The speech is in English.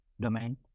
domain